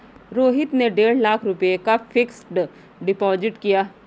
रोहित ने डेढ़ लाख रुपए का फ़िक्स्ड डिपॉज़िट किया